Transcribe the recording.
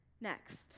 next